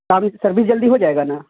کام service جلدی ہو جائے گا نا